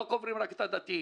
לא קוברים רק את הדתיים.